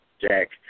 Jack